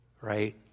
right